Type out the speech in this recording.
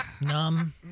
numb